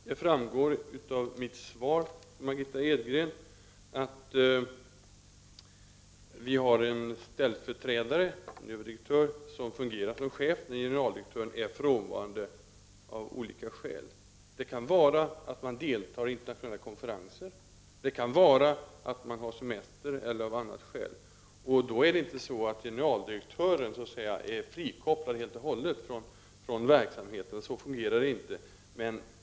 Herr talman! Det framgår av mitt svar till Margitta Edgren att det finns en ställföreträdare, nämligen en överdirektör som fungerar som chef när generaldirektören är frånvarande av olika skäl, t.ex. deltar i internationella konferenser eller har semester. Generaldirektören är då inte frikopplad helt och hållet från verksamheten — så fungerar det inte.